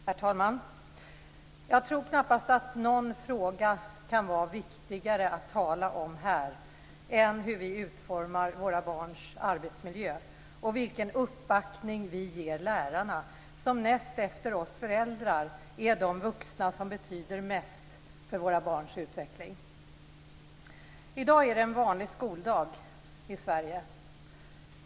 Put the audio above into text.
Herr talman! Jag tror knappast att någon fråga kan vara viktigare att tala om här än hur vi utformar våra barns arbetsmiljö och vilken uppbackning vi ger lärarna, som näst efter oss föräldrar är de vuxna som betyder mest för våra barns utveckling. I dag är det en vanlig skoldag i Sverige.